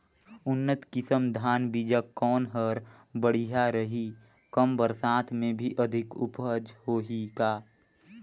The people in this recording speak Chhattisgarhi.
उन्नत किसम धान बीजा कौन हर बढ़िया रही? कम बरसात मे भी अधिक उपज होही का?